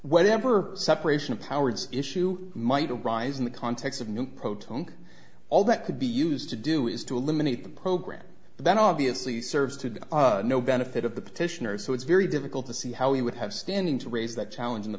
whatever separation of powers issue might arise in the context of new protonic all that could be used to do is to eliminate the program that obviously serves to no benefit of the petitioners so it's very difficult to see how he would have standing to raise that challenge in the